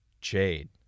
Jade